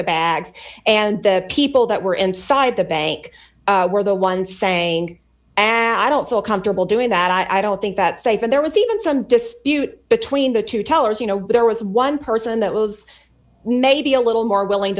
the bags and the people that were inside the bank were the ones saying and i don't feel comfortable doing that i don't think that's safe and there was even some dispute between the two tellers you know there was one person that was maybe a little more willing